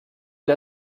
une